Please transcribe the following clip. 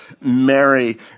Mary